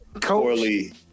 poorly